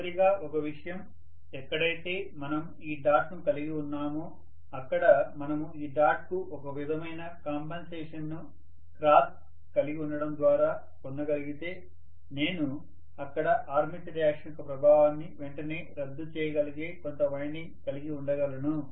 చివరిగా ఒక విషయం ఎక్కడైతే మనం ఈ డాట్ ను కలిగి ఉన్నామో అక్కడ మనము ఈ డాట్ కు ఒక విధమైన కాంపెన్సేషన్ ను క్రాస్ కలిగి ఉండటం ద్వారా పొందగలిగితే నేను అక్కడ ఆర్మేచర్ రియాక్షన్ యొక్క ప్రభావాన్ని వెంటనే రద్దు చేయగలిగే కొంత వైండింగ్ కలిగి ఉండగలను